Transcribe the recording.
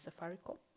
Safaricom